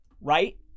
right